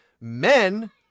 Men